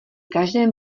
každém